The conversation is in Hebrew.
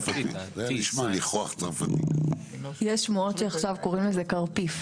יש שמועות שעכשיו קוראים לזה קארטיף.